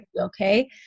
okay